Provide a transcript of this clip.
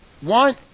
One